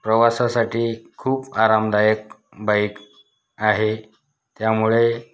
प्रवासासाठी खूप आरामदायक बाईक आहे त्यामुळे